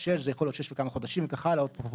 זה יכול להיות שש וכמה חודשים וכך הלאה,